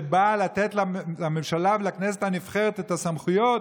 שבאה לתת לממשלה ולכנסת הנבחרת את הסמכויות,